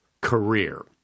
career